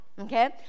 okay